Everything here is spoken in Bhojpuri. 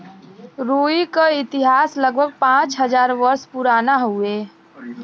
रुई क इतिहास लगभग पाँच हज़ार वर्ष पुराना हउवे